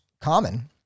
common